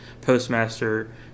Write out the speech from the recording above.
Postmaster